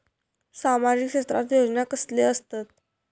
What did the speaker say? सामाजिक क्षेत्रात योजना कसले असतत?